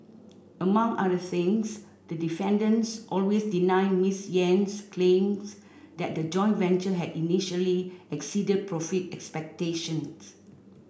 among other things the defendants always deny Ms Yen's claims that the joint venture had initially exceeded profit expectations